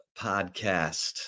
Podcast